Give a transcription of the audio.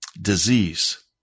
disease